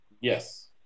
Yes